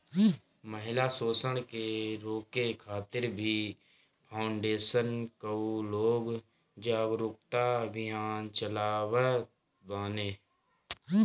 महिला शोषण के रोके खातिर भी फाउंडेशन कअ लोग जागरूकता अभियान चलावत बाने